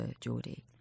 Geordie